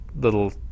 little